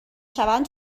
شوند